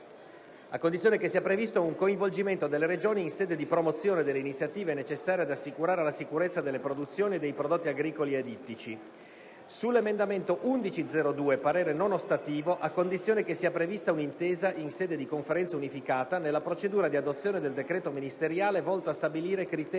a condizione che sia previsto un coinvolgimento delle Regioni in sede di promozione delle iniziative necessarie ad assicurare la sicurezza delle produzioni e dei prodotti agricoli e ittici; - sull'emendamento 11.0.2 parere non ostativo, a condizione che sia prevista un'intesa in sede di Conferenza unificata nella procedura di adozione del decreto ministeriale volto a stabilire criteri